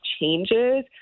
changes